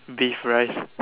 beef rice